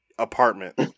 apartment